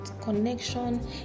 connection